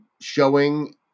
showing